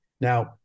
Now